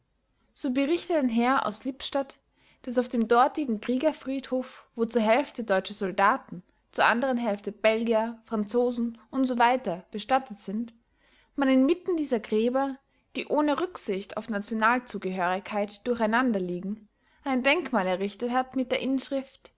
so berichtet ein herr aus lippstadt daß auf dem dortigen kriegerfriedhof wo zur hälfte deutsche soldaten zur anderen hälfte belgier franzosen usw bestattet sind man inmitten dieser gräber die ohne rücksicht auf nationalzugehörigkeit durcheinander liegen ein denkmal errichtet hat mit der inschrift